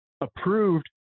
approved